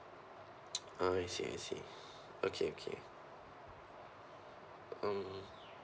ah I see I see okay okay um